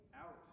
out